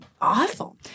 awful